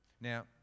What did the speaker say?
now